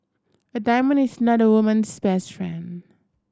a diamond is not a woman's best friend